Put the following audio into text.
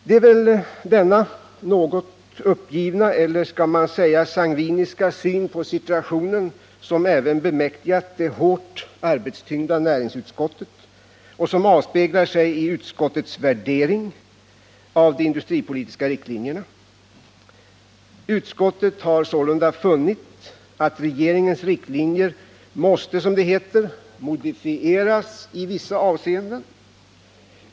Det är väl denna något uppgivna eller skall man säga sangviniska syn på situationen som även bemäktigat sig det hårt arbetstyngda näringsutskottet och som avspeglar sig i utskottets värdering av de industripolitiska riktlinjerna. Utskottet har sålunda funnit att regeringens riktlinjer måste, som det heter, modifieras i vissa avseenden.